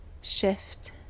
shift